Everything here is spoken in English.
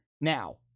Now